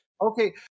okay